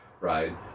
right